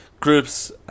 Groups